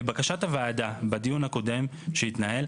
בקשת הוועדה בדיון הקודם שהתנהל,